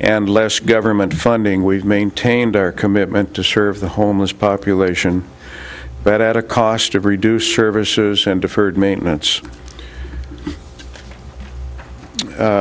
and less government funding we've maintained our commitment to serve the homeless population but at a cost of reduced services and deferred maintenance